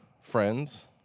friends